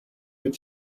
but